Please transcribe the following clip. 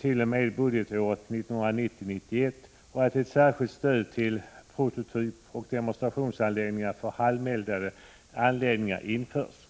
t.o.m. budgetåret 1990/91 och att ett särskilt stöd till prototypoch demonstrationsanläggningar för halmeldade anläggningar införs.